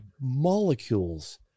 molecules